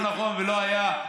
זה לא נכון ולא היה,